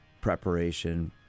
preparation